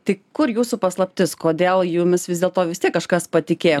tai kur jūsų paslaptis kodėl jumis vis dėl to vis tiek kažkas patikėjo